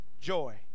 joy